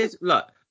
Look